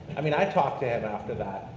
i mean, i talked to him after that,